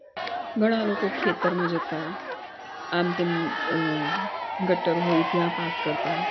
ઘણા લોકો ખેતરમાં જતા આમ તેમ ગટર હોય ત્યાં પાસ કરતાં